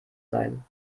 sein